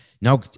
no